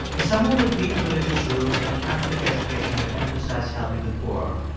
as someone with deep religious roots and a catholic education that emphasized helping the poor,